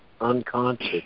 unconscious